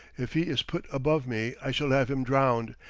if he is put above me i shall have him drowned,